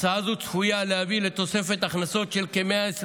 הצעה זו צפויה להביא לתוספת הכנסות של כ-120